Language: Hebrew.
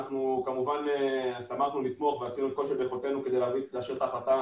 אנחנו כמובן שמחנו לתמוך ועשינו את כל ביכולתנו כדי לאשר את ההחלטה